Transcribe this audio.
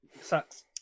Sucks